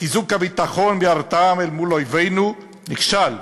חיזוק הביטחון וההרתעה אל מול אויבינו: נכשל.